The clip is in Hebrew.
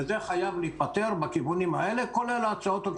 ואני מבקש מאוד שניתן על כך את הדעת.